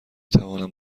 توانم